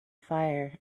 fire